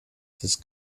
des